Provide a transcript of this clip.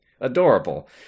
Adorable